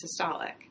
systolic